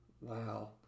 Wow